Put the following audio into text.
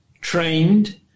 trained